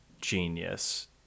genius